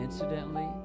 Incidentally